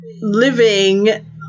living